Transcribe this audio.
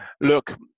look